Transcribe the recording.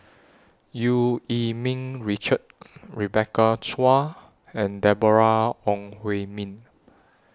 EU Yee Ming Richard Rebecca Chua and Deborah Ong Hui Min